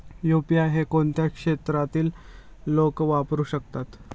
UPI हे कोणत्या क्षेत्रातील लोक वापरू शकतात?